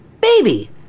Baby